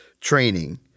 training